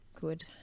good